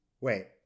Wait